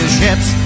ships